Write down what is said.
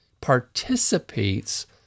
participates